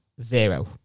zero